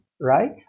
Right